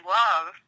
love